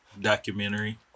documentary